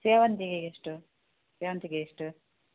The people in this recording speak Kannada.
ಸೇವಂತಿಗೆಗೆ ಎಷ್ಟು ಸೇವಂತಿಗೆ ಎಷ್ಟು